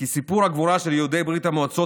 כי סיפור הגבורה של יהודי ברית המועצות